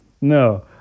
No